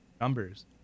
numbers